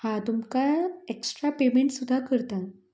हांव तुमकां extra payment सुद्दां करतां